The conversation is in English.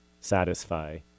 satisfy